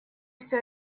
все